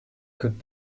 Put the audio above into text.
could